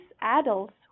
adults